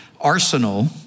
arsenal